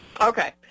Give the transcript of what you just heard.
Okay